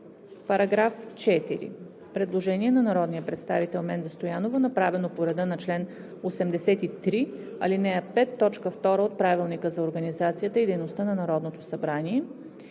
Комисията. Предложение на народния представител Менда Стоянова, направено по реда на чл. 83, ал. 5, т. 2 от Правилника за организацията и дейността на Народното събрание.